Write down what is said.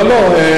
לא, לא.